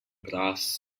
brass